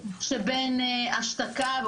שבין השתקה,